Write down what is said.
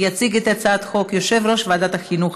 יציג את הצעת החוק יושב-ראש ועדת החינוך,